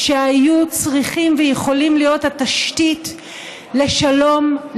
שהיו צריכים ויכולים להיות התשתית לשלום,